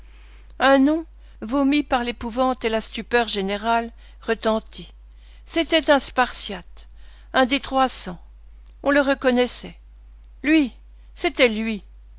un nom vomi par l'épouvante et la stupeur générales retentit c'était un spartiate un des trois cents on le reconnaissait lui c'était lui